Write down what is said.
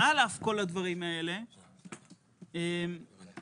על אף כל הדברים האלה הוסכם,